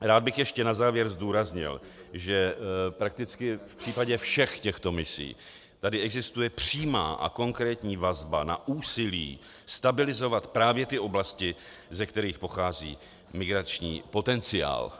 Rád bych ještě na závěr zdůraznil, že prakticky v případě všech těchto misí tady existuje přímá a konkrétní vazba na úsilí stabilizovat právě ty oblasti, ze kterých pochází migrační potenciál.